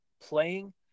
playing